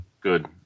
Good